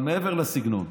אבל מעבר לסגנון,